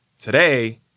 today